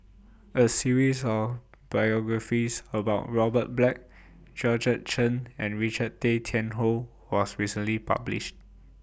A series of biographies about Robert Black Georgette Chen and Richard Tay Tian Hoe was recently published